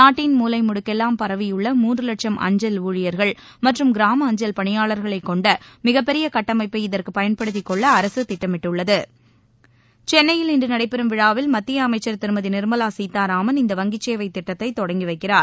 நாட்டின் மூலைமுடுக்கெல்லாம் பரவியுள்ள மூன்று லட்சம் அஞ்சல் ஊழியர்கள் மற்றும் கிராம அஞ்சல் பனியாளர்களைக் கொண்ட மிகப்பெரிய கட்டமைப்பை இதற்கு பயன்படுத்திக் கொள்ள அரசு திட்டமிட்டுள்ளது சென்னையில் இன்று நடைபெறும் விழாவில் மத்திய அமைச்சர் திருமதி நிர்மலா சீதாராமன் இந்த வங்கிச் சேவை திட்டத்தை தொடங்கி வைக்கிறார்